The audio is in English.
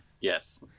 Yes